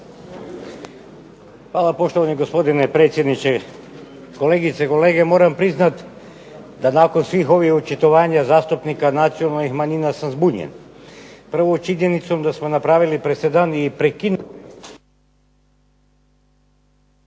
Hvala poštovani gospodine predsjedniče, kolegice i kolege. Moram priznati da nakon svih ovih očitovanja zastupnika nacionalnih manjina sam zbunjen. Prvo činjenicom da smo napravili presedan i prekinuli